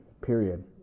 period